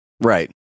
Right